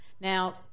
Now